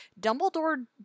Dumbledore